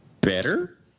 better